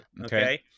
Okay